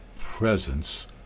presence